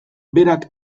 berak